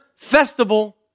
Festival